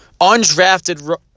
Undrafted